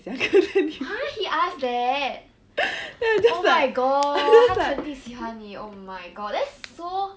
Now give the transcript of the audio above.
!huh! he asked that oh my god 他肯定喜欢你 oh my god that's so